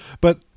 But-